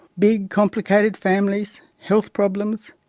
big complicated families, health problems,